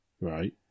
Right